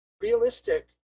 realistic